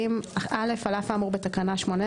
40. (א) על אף האמור בתקנה 18,